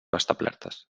establertes